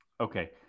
Okay